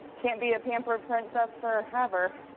can't be a pampered princess forever.